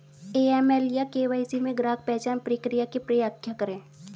AML या KYC में ग्राहक पहचान प्रक्रिया की व्याख्या करें?